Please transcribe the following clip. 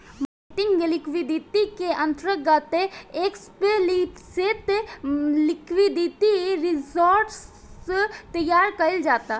marketing liquidity के अंतर्गत explicit liquidity reserve तैयार कईल जाता